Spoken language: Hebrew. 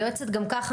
היועצת גם ככה,